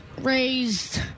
raised